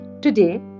Today